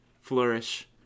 Flourish